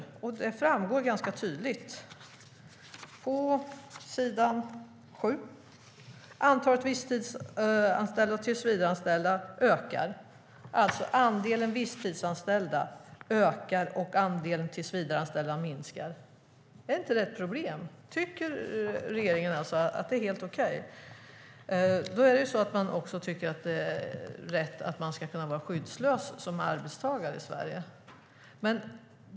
På s. 7 framgår det ganska tydligt att andelen visstidsanställda ökar och andelen tillsvidareanställda minskar. Är det inte ett problem? Tycker regeringen att det är helt okej? I så fall tycker regeringen att det också är rätt att man som arbetstagare ska kunna vara skyddslös i Sverige.